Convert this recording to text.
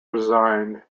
resigned